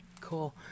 Cool